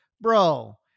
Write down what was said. bro